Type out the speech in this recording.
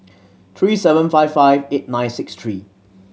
three seven five five eight nine six three